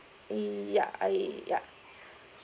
ei yeah ai yeah